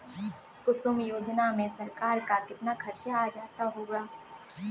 कुसुम योजना में सरकार का कितना खर्चा आ जाता होगा